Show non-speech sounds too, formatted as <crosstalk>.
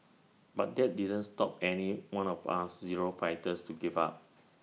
but that didn't stop any one of us zero fighters to give up <noise>